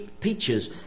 peaches